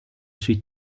suis